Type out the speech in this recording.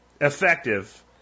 effective